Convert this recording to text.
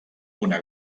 una